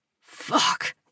Fuck